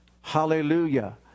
Hallelujah